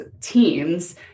teams